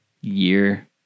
year